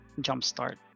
jumpstart